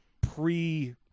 pre